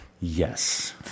Yes